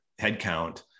headcount